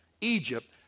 Egypt